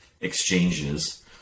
exchanges